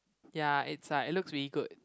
ya it's like it looks really good